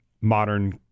modern